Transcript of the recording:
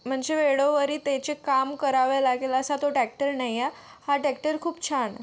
म्हणजे वेळोवेरी त्याचे काम करावे लागेल असा तो टॅक्टर नाही आहे हा टॅक्टर खूप छान आहे